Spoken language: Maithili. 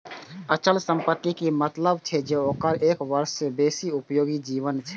अचल संपत्ति के मतलब छै जे ओकर एक वर्ष सं बेसी उपयोगी जीवन छै